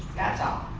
that's all.